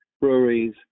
breweries